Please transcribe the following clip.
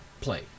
play